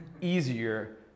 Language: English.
easier